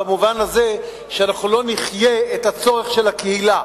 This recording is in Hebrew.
במובן הזה שאנחנו לא נחיה את הצורך של הקהילה,